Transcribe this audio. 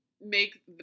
make